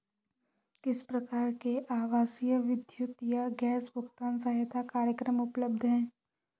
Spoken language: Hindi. किस प्रकार के आवासीय विद्युत या गैस भुगतान सहायता कार्यक्रम उपलब्ध हैं?